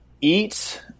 eat